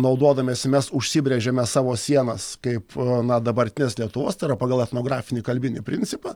naudodamiesi mes užsibrėžėme savo sienas kaip na dabartinės lietuvos tai yra pagal etnografinį kalbinį principą